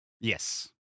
Yes